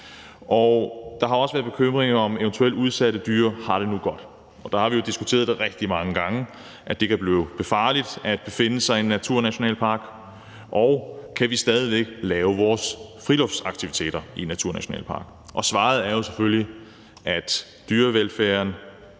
Der har også været bekymringer, om eventuelle udsatte dyr nu har det godt, og vi har jo diskuteret rigtig mange gange, om det kan blive farligt at befinde sig i en naturnationalpark, og om vi stadig kan lave vores friluftsaktiviteter i naturnationalparkerne. Svaret er selvfølgelig, at dyrevelfærden